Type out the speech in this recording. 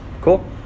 Cool